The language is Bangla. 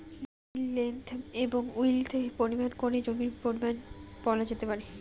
জমির লেন্থ এবং উইড্থ পরিমাপ করে জমির পরিমান বলা যেতে পারে